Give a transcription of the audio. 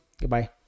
goodbye